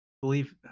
believe